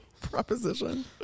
Proposition